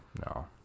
no